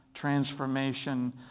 transformation